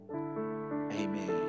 Amen